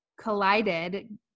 collided